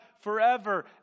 forever